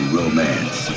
romance